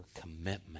commitment